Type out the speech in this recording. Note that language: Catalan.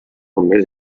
més